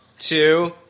Two